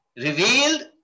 revealed